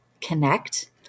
connect